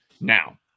Now